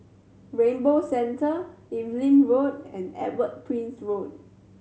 Rainbow Centre Evelyn Road and Edward Prince Road